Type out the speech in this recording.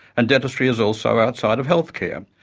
and dentistry is also outside of healthcare.